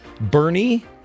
Bernie